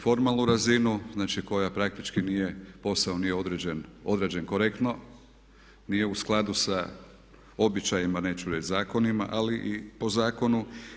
Formalnu razinu znači koja praktički nije posao odrađen korektno, nije u skladu sa običajima neću reći zakonima ali i po zakonu.